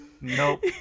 Nope